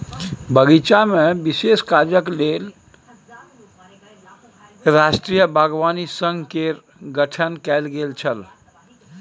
बगीचामे विशेष काजक लेल राष्ट्रीय बागवानी संघ केर गठन कैल गेल छल